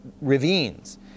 ravines